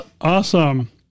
Awesome